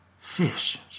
fish